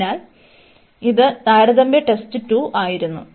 അതിനാൽ ഇത് താരതമ്യ ടെസ്റ്റ് 2 ആയിരുന്നു